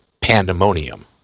pandemonium